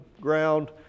ground